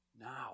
now